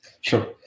Sure